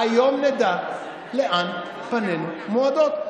היום נדע לאן פנינו מועדות.